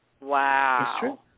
Wow